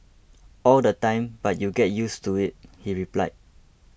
all the time but you get used to it he replied